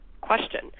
question